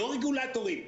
לא רגולטורים,